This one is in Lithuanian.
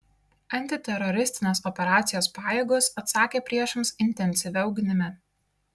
antiteroristinės operacijos pajėgos atsakė priešams intensyvia ugnimi